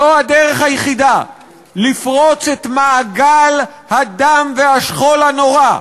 זו הדרך היחידה לפרוץ את מעגל הדם והשכול הנורא.